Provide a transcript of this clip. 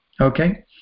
okay